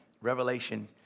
Revelation